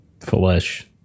Flesh